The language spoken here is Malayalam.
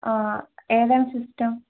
ആ ഏതാണ് സിസ്റ്റം